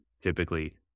typically